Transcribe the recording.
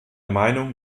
meinung